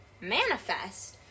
manifest